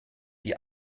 die